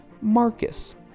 Marcus